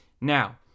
Now